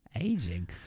Aging